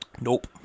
Nope